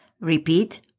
Repeat